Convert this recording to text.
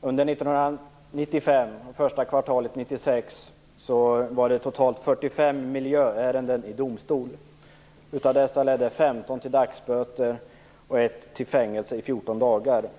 Under 1995 och under första kvartalet 1996 var totalt 45 miljöärenden anmälda vid domstol. 15 av de ärendena ledde till böter och 1 till fängelse i 14 dagar.